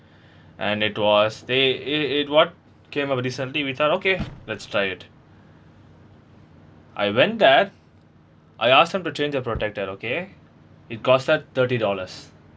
and it was they it it what came on recently we thought okay let's try it I went there I ask them to change the protector okay it cost us thirty dollars